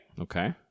Okay